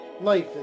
Life